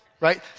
right